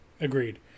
Agreed